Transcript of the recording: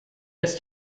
ist